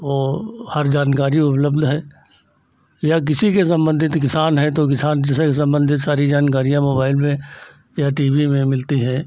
वह हर जानकारी उपलब्ध है या किसी के संबंधित किसान है तो किसान से संबंधित सारी जानकारियाँ मोबाइल में या टी वी में मिलती हैं